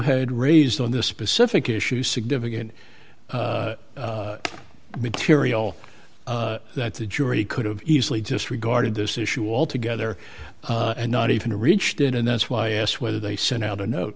had raised on this specific issue significant because here ial that the jury could have easily just regarded this issue altogether and not even reached it and that's why i asked whether they sent out a no